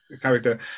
character